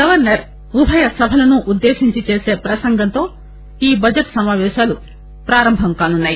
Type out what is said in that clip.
governor ఉభయ సభలను ఉద్దేశించి చేసే ప్రసంగంతో ఈ బడ్లెట్ సమాపేశాలు ప్రారంభం కానున్నాయి